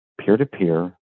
peer-to-peer